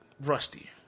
rusty